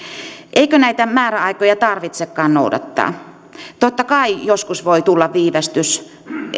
eikö näitä määräaikoja tarvitsekaan noudattaa totta kai joskus voi tulla viivästys